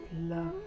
love